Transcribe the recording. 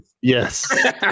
Yes